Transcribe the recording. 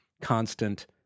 constant